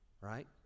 right